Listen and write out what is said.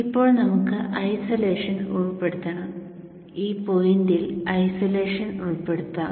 ഇപ്പോൾ നമുക്ക് ഐസൊലേഷൻ ഉൾപ്പെടുത്തണം ഈ പോയിന്റിൽ ഐസൊലേഷൻ ഉൾപ്പെടുത്താം